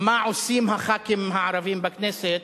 מה עושים חברי הכנסת הערבים בכנסת,